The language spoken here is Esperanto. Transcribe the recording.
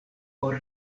por